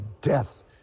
death